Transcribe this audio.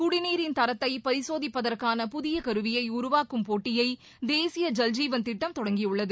குடிநீரின் தரத்தை பரிசோதிப்பதற்கான புதிய கருவியை உருவாக்கும் போட்டியை தேசிய ஜல் ஜீவன் திட்டம் தொடங்கியுள்ளது